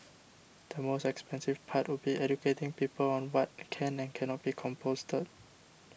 the most expensive part would be educating people on what can and cannot be composted